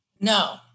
No